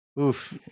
oof